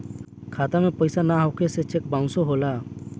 खाता में पइसा ना होखे से चेक बाउंसो होला